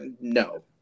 No